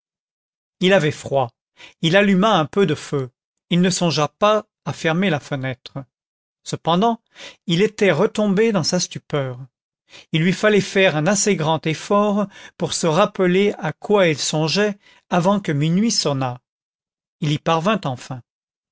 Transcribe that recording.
il avait froid il alluma un peu de feu il ne songea pas à fermer la fenêtre cependant il était retombé dans sa stupeur il lui fallait faire un assez grand effort pour se rappeler à quoi il songeait avant que minuit sonnât il y parvint enfin